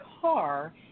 car